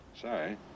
Sorry